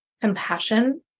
compassion